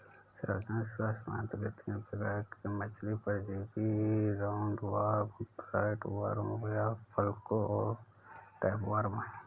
सार्वजनिक स्वास्थ्य महत्व के तीन प्रकार के मछली परजीवी राउंडवॉर्म, फ्लैटवर्म या फ्लूक और टैपवार्म है